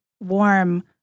warm